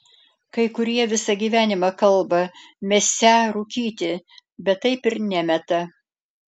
kai kurie visą gyvenimą kalba mesią rūkyti bet taip ir nemeta